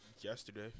yesterday